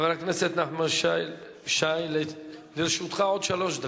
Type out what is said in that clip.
חבר הכנסת נחמן שי, לרשותך עוד שלוש דקות,